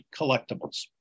collectibles